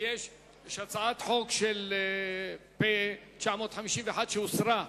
יש הצעת חוק פ/951, שהוסרה,